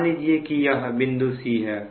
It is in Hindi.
मान लीजिए कि यह बिंदु c है